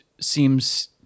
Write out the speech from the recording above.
seems